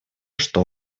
что